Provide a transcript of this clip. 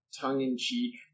tongue-in-cheek